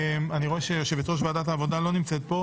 אני רואה שיושבת-ראש ועדת העבודה לא נמצאת.